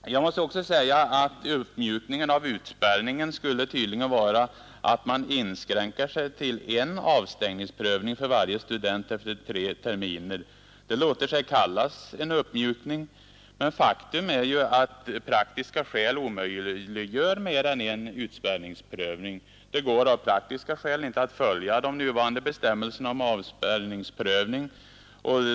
Jag måste också säga att uppmjukningen av utspärrningen skulle tydligen vara att man inskränker sig till en avstängningsprövning för varje student efter tre terminer. Det låter sig kallas en uppmjukning, men faktum är ju att praktiska skäl omöjliggör mer än en utspärrningsprövning. Det går av praktiska skäl inte att följa de nuvarande bestämmelserna om avspärrningsprövning.